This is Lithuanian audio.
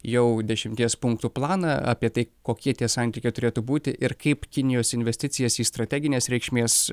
jau dešimties punktų planą apie tai kokie tie santykiai turėtų būti ir kaip kinijos investicijas į strateginės reikšmės